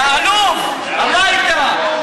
יא עלוב, הביתה.